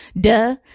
Duh